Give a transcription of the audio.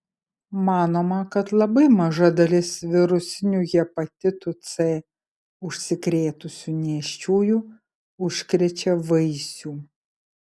manoma kad labai maža dalis virusiniu hepatitu c užsikrėtusių nėščiųjų užkrečia vaisių